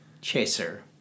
chaser